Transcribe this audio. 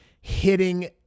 hitting